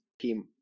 team